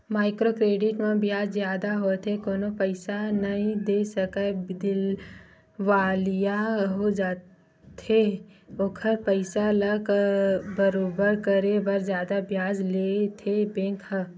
micro credit म बियाज जादा होथे कोनो पइसा नइ दे सकय दिवालिया हो जाथे ओखर पइसा ल बरोबर करे बर जादा बियाज लेथे बेंक ह